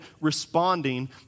responding